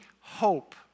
hope